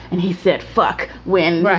and he said, fuck when,